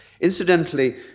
Incidentally